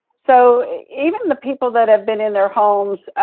so even the people that have been in their homes,